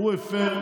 הוא הפר,